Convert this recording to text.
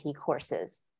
courses